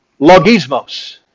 Logismos